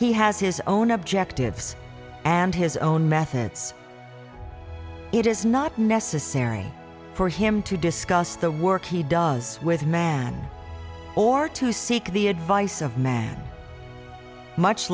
he has his own objectives and his own methods it is not necessary for him to discuss the work he does with man or to seek the advice of man much